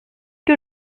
que